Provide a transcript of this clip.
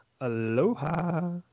Aloha